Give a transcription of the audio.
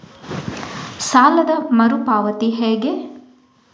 ಸಾಲದ ಮರು ಪಾವತಿ ಹೇಗೆ?